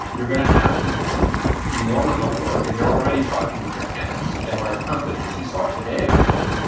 you're going to have to do more remote work and you're already talking with your tenants and large companies. you saw today, i think,